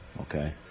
okay